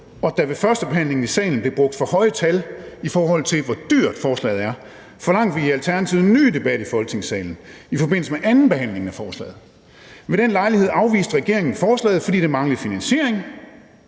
der ved førstebehandlingen i salen blev brugt for høje tal, i forhold til hvor dyrt forslaget er, forlangte vi i Alternativet en ny debat i Folketingssalen i forbindelse med andenbehandlingen af forslaget. Ved den lejlighed afviste regeringen forslaget, fordi der manglede finansiering,